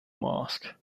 mask